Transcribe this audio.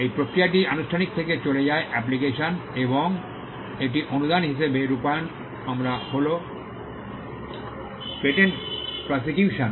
এই প্রক্রিয়াটি আনুষ্ঠানিক থেকে চলে যায় অ্যাপ্লিকেশন এবং এটি অনুদান হিসাবে রূপায়ণ আমরা হল পেটেন্ট প্রসিকিউশন